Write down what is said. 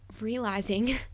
realizing